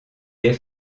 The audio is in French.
les